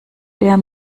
der